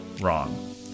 wrong